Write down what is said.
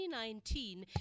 2019